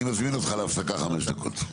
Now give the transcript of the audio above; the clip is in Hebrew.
אני מכריז על הפסקה של חמש דקות.